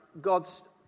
God's